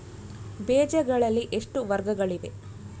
ಬೇಜಗಳಲ್ಲಿ ಎಷ್ಟು ವರ್ಗಗಳಿವೆ?